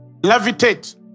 levitate